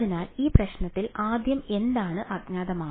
അതിനാൽ ഈ പ്രശ്നത്തിൽ ആദ്യം എന്താണ് അജ്ഞാതമായത്